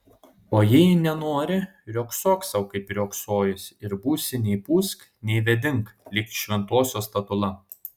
o jei nenori riogsok sau kaip riogsojusi ir būsi nei pūsk nei vėdink lyg šventosios statula